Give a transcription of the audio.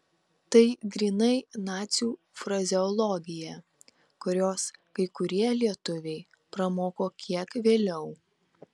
tai grynai nacių frazeologija kurios kai kurie lietuviai pramoko kiek vėliau